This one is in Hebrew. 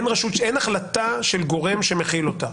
אין החלטה של גורם שמחיל אותם.